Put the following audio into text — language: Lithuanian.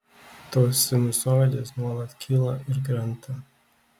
tos sinusoidės nuolat kyla ir krenta